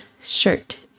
shirt